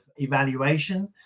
evaluation